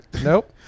Nope